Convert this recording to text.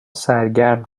سرگرم